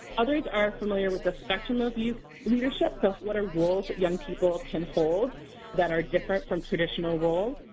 others are familiar with the spectrum of youth leadership, so what are roles that young people can hold that are different from traditional roles.